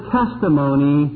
testimony